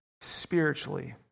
spiritually